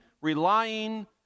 relying